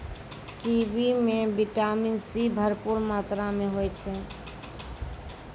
kiwi म vitamin C भरपूर मात्रा में होय छै